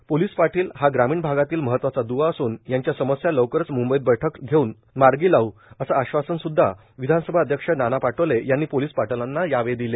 तर पोलीस पाटील हा ग्रामीण आगातील महतवाचा दुवा असून याच्या समस्या लवकरच मुंबईत बैठक घेऊन लावू असे आश्वासन विधानसभा अध्यक्ष नाना पटोले यांनी पोलीस पाटलांना दिले